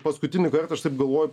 paskutinį kartą aš taip galvoju